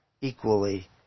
equally